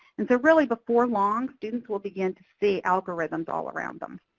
and so really, before long, students will begin to see algorithms all around them.